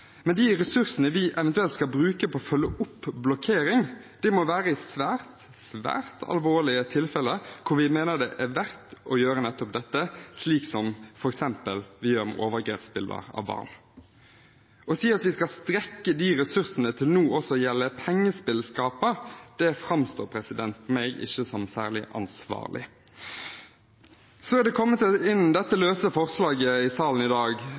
Men de ressursene vi eventuelt skal bruke på å følge opp blokkering, må være i svært, svært alvorlige tilfeller, der vi mener det er verdt å gjøre nettopp dette – slik som ved f.eks. overgrepsbilder av barn. Å si at vi skal strekke de ressursene til nå også å gjelde pengespillselskaper, framstår for meg ikke som særlig ansvarlig. Så til det løse forslaget i salen i dag